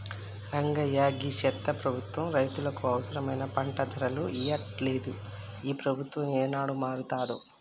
రంగయ్య గీ చెత్త ప్రభుత్వం రైతులకు అవసరమైన పంట ధరలు ఇయ్యట్లలేదు, ఈ ప్రభుత్వం ఏనాడు మారతాదో